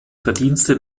verdienste